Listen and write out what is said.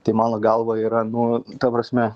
tai mano galva yra nu ta prasme